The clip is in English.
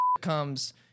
comes